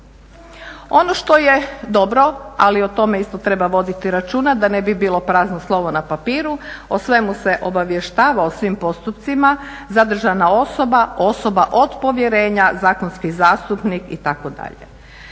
Ono što je dobro, ali o tome isto treba voditi računa, da ne bi bilo prazno slovo na papiru, o svemu se obavještava o svim postupcima zadržana osoba, osoba od povjerenja, zakonski zastupnik itd.